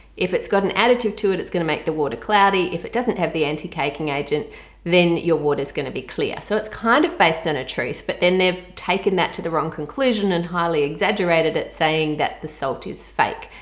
if it's got an additive to it it's going to make the water cloudy if it doesn't have the anti-caking agent then your water's going to be clear. so it's kind of based on a truth but then they've taken that to the wrong conclusion and highly exaggerated it saying that the salt is fake.